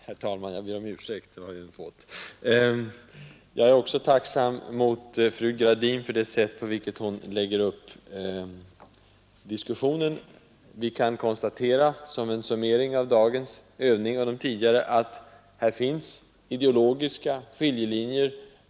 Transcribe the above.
Herr talman! Jag är också tacksam mot fru Gradin för det sätt på vilket hon lägger upp diskussionen, Vi kan konstatera, som en summering av dagens övning och de tidigare, att här finns ideologiska skiljelinjer.